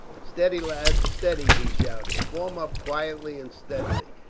steady, lads, steady, he shouted. form up quietly and steadily.